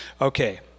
okay